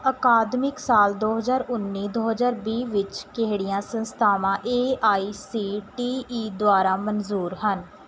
ਅਕਾਦਮਿਕ ਸਾਲ ਦੋ ਹਜ਼ਾਰ ਉੱਨੀ ਦੋ ਹਜ਼ਾਰ ਵੀਹ ਵਿੱਚ ਕਿਹੜੀਆਂ ਸੰਸਥਾਵਾਂ A I C T E ਦੁਆਰਾ ਮਨਜ਼ੂਰ ਹਨ